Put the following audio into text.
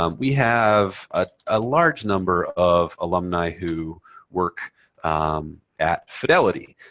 um we have ah a large number of alumni who work at fidelity.